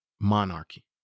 monarchy